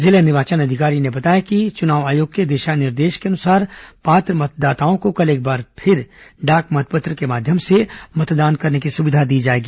जिला निर्वाचन अधिकारी ने बताया कि चुनाव आयोग के दिशा निर्देश के अनुसार पात्र मतदाताओं को कल एक बार पुनः डाक मतपत्र के माध्यम से मतदान करने की सुविधा प्रदान की जाएगी